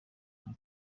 nka